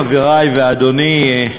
חברי ואדוני,